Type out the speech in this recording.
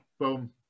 boom